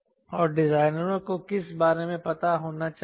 और डिजाइनरों को किस बारे में पता होना चाहिए